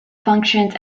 functions